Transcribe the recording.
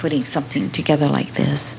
putting something together like this